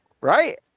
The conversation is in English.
right